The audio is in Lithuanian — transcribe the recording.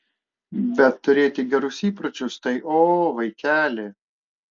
bet turėti gerus įpročius tai o vaikeli